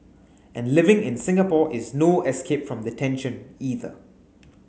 and living in Singapore is no escape from the tension either